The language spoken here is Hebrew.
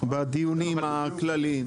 בדיונים הכללים.